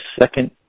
second